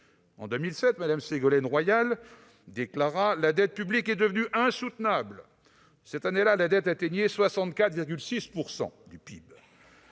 En 2007, Mme Ségolène Royal déclarait :« La dette publique est devenue insoutenable. » Cette année-là, la dette atteignait 64,6 % du PIB.